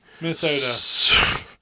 Minnesota